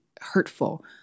hurtful